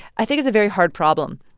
i think it's a very hard problem.